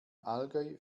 allgäu